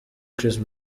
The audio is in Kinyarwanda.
chris